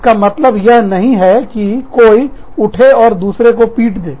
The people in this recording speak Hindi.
इसका मतलब यह नहीं है कि कोई उठे और दूसरे को पीट दे